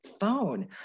phone